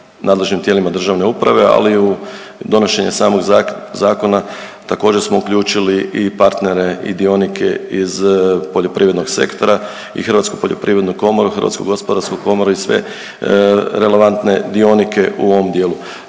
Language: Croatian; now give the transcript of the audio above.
nadležnim tijelima državne uprave, ali i u donošenje samog zakona također smo uključili i partnere i dionike iz poljoprivrednog sektora i Hrvatsku poljoprivrednu komoru, Hrvatsku gospodarsku komoru i sve relevantne dionike u ovom dijelu